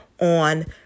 on